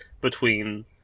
between-